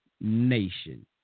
nation